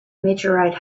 meteorite